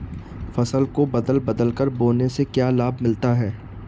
फसल को बदल बदल कर बोने से क्या लाभ मिलता है?